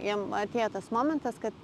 jam atėjo tas momentas kad